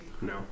No